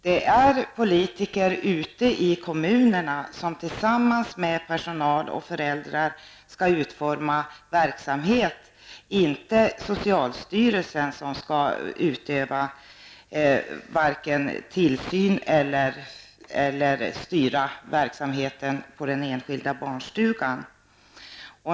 Det är politiker ute i kommunerna som tillsammans med personal och föräldrar skall utforma verksamheten. Det är inte socialstyrelsen som skall utöva tillsyn eller styra verksamheten på den enskilda barnstugan.